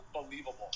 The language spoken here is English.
unbelievable